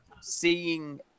seeing